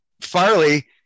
Farley